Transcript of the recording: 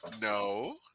No